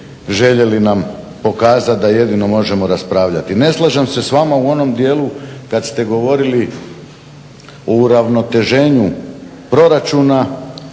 željeli nam pokazat da jedino možemo raspravljati. Ne slažem se s vama u onom dijelu kad ste govorili o uravnoteženju proračuna,